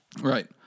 Right